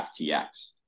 FTX